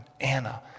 Anna